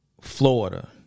Florida